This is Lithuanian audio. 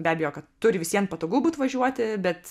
be abejo kad turi visiem patogu būt važiuoti bet